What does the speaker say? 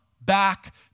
back